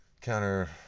counter